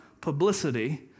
publicity